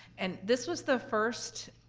and this was the first